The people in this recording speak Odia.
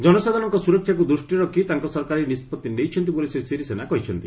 ଜନସାଧାରଣଙ୍କ ସୁରକ୍ଷାକୁ ଦୃଷ୍ଟିରେ ରଖି ତାଙ୍କ ସରକାର ଏହି ନିଷ୍ପଭି ନେଇଛନ୍ତି ବୋଲି ଶ୍ରୀ ଶିରିସେନା କହିଛନ୍ତି